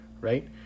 Right